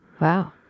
Wow